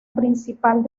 principal